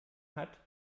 hat